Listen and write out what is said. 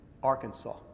Arkansas